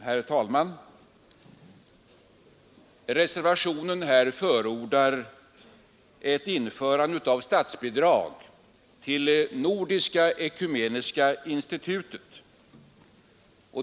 Herr talman! Reservationen 2 vid punkten 5 förordar ett införande av statsbidrag till Nordiska ekumeniska institutet.